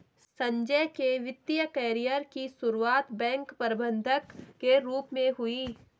संजय के वित्तिय कैरियर की सुरुआत बैंक प्रबंधक के रूप में हुई